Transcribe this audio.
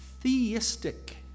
theistic